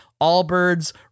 Allbirds